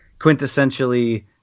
quintessentially